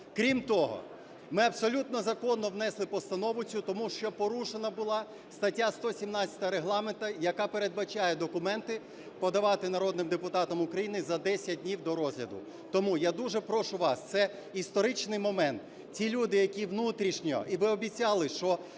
Крім того, ми абсолютно законно внесли постанову цю, тому що порушена була стаття 117 Регламенту, яка передбачає документи подавати народним депутатам України за 10 днів до розгляду. Тому я дуже прошу вас, це історичний момент. Ці люди, які внутрішньо, і ви обіцяли, що